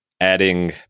adding